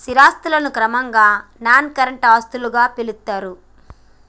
స్థిర ఆస్తులను క్రమంగా నాన్ కరెంట్ ఆస్తులుగా పిలుత్తరు